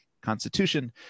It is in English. constitution